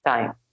Time